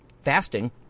fasting